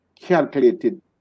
calculated